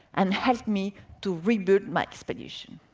and helped me to rebuild my expedition.